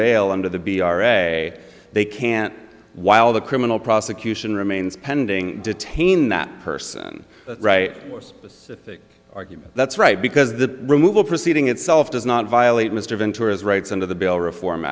bail under the be a they can't while the criminal prosecution remains pending detain that person right or specific argument that's right because the removal proceeding itself does not violate mr ventura as rights under the bill reform